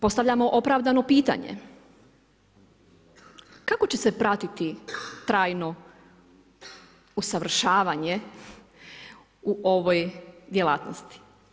Postavljamo opravdano pitanje kako će se pratiti trajno usavršavanje u ovoj djelatnosti?